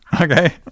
Okay